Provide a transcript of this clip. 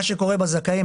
מה שקורה בזכאים,